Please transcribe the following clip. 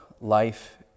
life